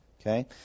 Okay